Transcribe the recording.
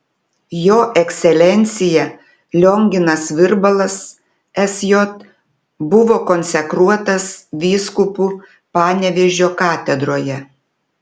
jo ekscelencija lionginas virbalas sj buvo konsekruotas vyskupu panevėžio katedroje